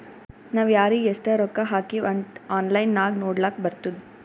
ನಾವ್ ಯಾರಿಗ್ ಎಷ್ಟ ರೊಕ್ಕಾ ಹಾಕಿವ್ ಅಂತ್ ಆನ್ಲೈನ್ ನಾಗ್ ನೋಡ್ಲಕ್ ಬರ್ತುದ್